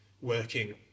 working